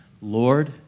Lord